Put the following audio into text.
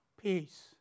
peace